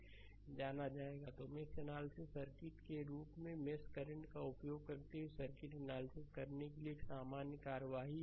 slide समय देखें 2937 तो मेश एनालिसिस सर्किट के रूप में मेश करंट का उपयोग करते हुए सर्किट का एनालिसिस करने के लिए एक सामान्य कार्यवाही आर है